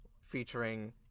featuring